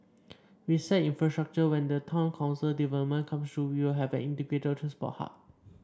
besides infrastructure when the town council development comes through we will have an integrated transport hub